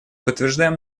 подтверждаем